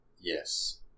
Yes